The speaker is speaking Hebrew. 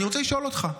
אני רוצה לשאול אותך,